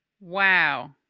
Wow